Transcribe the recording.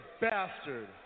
bastard